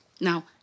now